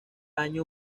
año